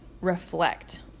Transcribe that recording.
reflect